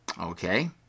okay